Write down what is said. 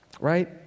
Right